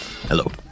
Hello